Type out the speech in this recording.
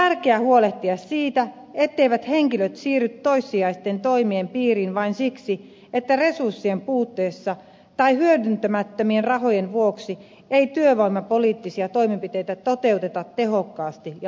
on tärkeä huolehtia siitä etteivät henkilöt siirry toissijaisten toimien piiriin vain siksi että resurssien puutteessa tai hyödyntämättömien rahojen vuoksi ei työvoimapoliittisia toimenpiteitä toteuteta tehokkaasti ja vaikuttavasti